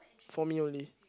for me only